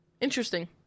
Interesting